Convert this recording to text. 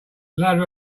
ladder